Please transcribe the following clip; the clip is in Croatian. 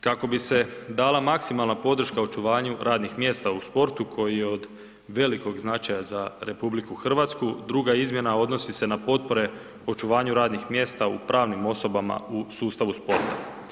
Kako bi se dala maksimalna podrška očuvanju radnih mjesta u sportu koji je od velikog značaja za RH druga izmjena odnosi se na potpore očuvanju radnih mjesta u pravnim osobama u sustavu sporta.